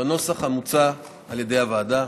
בנוסח המוצע על ידי הוועדה.